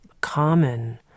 common